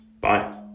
Bye